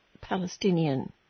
Palestinian